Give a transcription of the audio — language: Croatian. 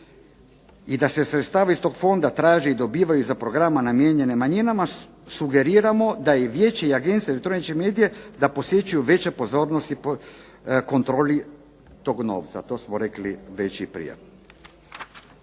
i da sredstva iz tog fonda traže i dobivaju za programe namijenjene manjinama sugeriramo da i Vijeće i Agencija za elektroničke medije da posvećuju veće pozornosti kontroli tog novca, a to smo rekli već i prije.